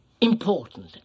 important